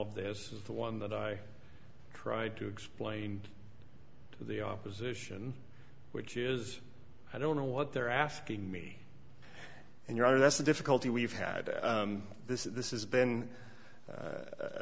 of this is the one that i tried to explain to the opposition which is i don't know what they're asking me and you are that's the difficulty we've had this this is been a